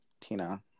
Tina